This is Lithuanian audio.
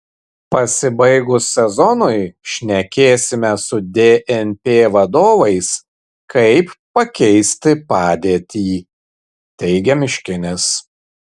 pasibaigus sezonui šnekėsime su dnp vadovais kaip pakeisti padėtį teigia miškinis